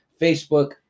Facebook